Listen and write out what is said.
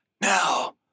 Now